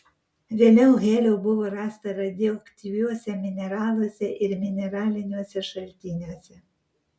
vėliau helio buvo rasta radioaktyviuose mineraluose ir mineraliniuose šaltiniuose